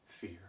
fear